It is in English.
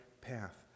path